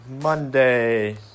Monday